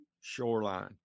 shoreline